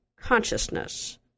consciousness